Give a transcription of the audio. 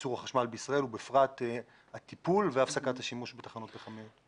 בייצור החשמל בישראל ובכלל הטיפול והפסקת השימוש בתחנות פחמיות.